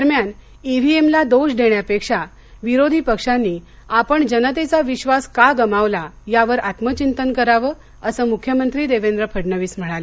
दरम्यान इव्हीएमला दोष देण्यापेक्षा विरोधी पक्षांनी आपण जनतेचा विश्वास का गमावला यावर आत्मचिंतन करावं असं मुख्यमंत्री देवेंद्र फडणवीस म्हणाले